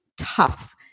tough